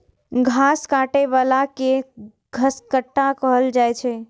घास काटै बला कें घसकट्टा कहल जाइ छै